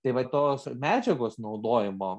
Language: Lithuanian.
tai va tos medžiagos naudojimo